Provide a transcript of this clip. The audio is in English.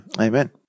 Amen